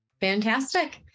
Fantastic